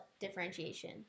differentiation